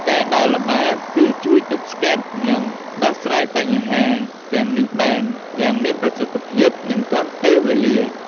ការដើរល្បាត គឺជួយ ទប់ស្កាត់ និង ដោះស្រាយបញ្ហា ទាំងនេះបាន យ៉ាងមានប្រសិទ្ធភាព និងទាន់ពេលវេលា។